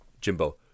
Jimbo